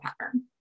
pattern